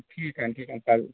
ठीक हाय ठीक आहे चालेल